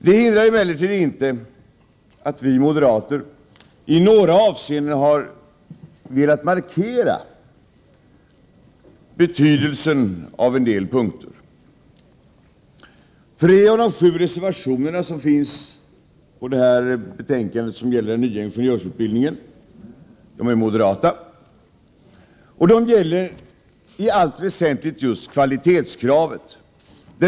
Det hindrar emellertid inte att vi moderater i några avseenden har velat markera betydelsen av en del punkter. Tre av de sju reservationer som fogats till det betänkande som gäller den nya ingenjörsutbildningen är moderata. De gäller i allt väsentligt just kvalitetskravet.